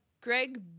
Greg